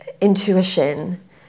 intuition